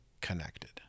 connected